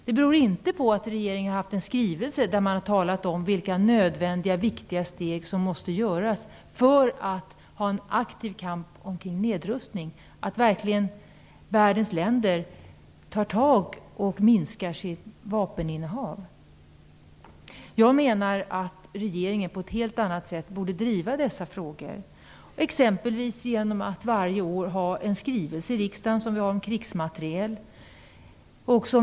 Det beror inte på att regeringen i en skrivelse har talat om vilka nödvändiga viktiga steg som måste vidtas för att vi skall kunna föra en aktiv kamp för nedrustning så att världens länder verkligen minskar sitt vapeninnehav. Jag menar att regeringen på ett helt annat sätt borde driva dessa frågor, exempelvis genom att varje år lämna en skrivelse till riksdagen, vilket görs om krigsmateriel.